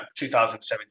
2017